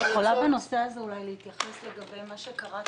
תוכלי בנושא הזה להתייחס אל מה שקראתי,